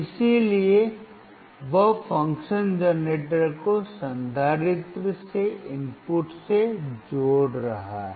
इसलिए वह function generator को संधारित्र के इनपुट से जोड़ रहा है